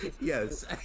Yes